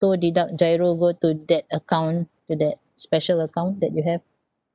deduct GIRO go to that account to that special account that you have